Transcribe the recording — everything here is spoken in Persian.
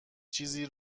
چیزی